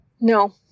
No